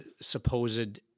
supposed